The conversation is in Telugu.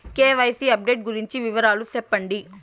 కె.వై.సి అప్డేట్ గురించి వివరాలు సెప్పండి?